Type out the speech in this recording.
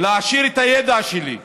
להעשיר את הידע שלי,